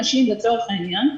אנשים לצורך העניין,